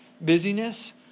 busyness